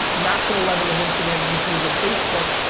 not to the level of instagram, youtube, and facebook.